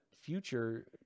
future